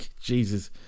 Jesus